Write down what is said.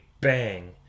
bang